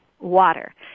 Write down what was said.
Water